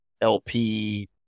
LP